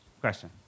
question